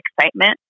excitement